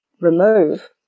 remove